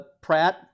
Pratt